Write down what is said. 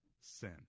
sin